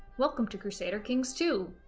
welcome to crusader kings two!